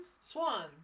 Swan